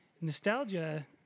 Nostalgia